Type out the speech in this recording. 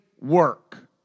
work